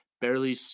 Barely